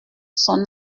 son